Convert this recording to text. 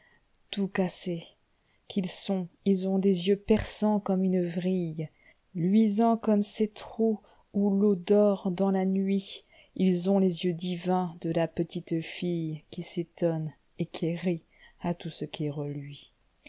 tout cassés qu'ils sont il ont des yeux perçants comme une vrille luisants comme ces trous où l'eau dort dans la nuit ils ont les yeux divins de la petite fillequi s'étonne et qui rit à tout ce qui reluit